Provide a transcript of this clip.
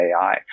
AI